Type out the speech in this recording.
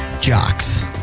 Jocks